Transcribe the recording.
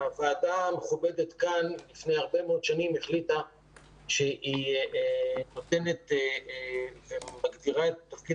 והוועדה המכובדת כאן לפני הרבה מאוד שנים החליטה שהיא מגדירה את תפקיד